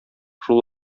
шул